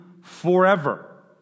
forever